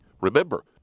Remember